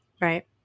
Right